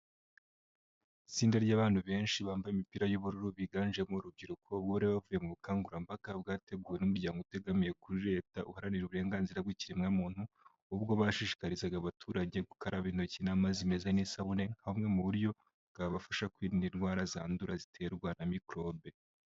Itsinda ry'abantu benshi bambaye imipira y'ubururu, biganjemo urubyiruko, ubwo bari bavuye mu bukangurambaga bwateguwe n'umuryango utegamiye kuri leta uharanira uburenganzira bw'ikiremwamuntu, ubwo bashishikarizaga abaturage gukaraba intoki n'amazi ameza n'isabune nka bumwe mu buryo bwabafasha kwirinda indwara zandura ziterwa na mikorobe.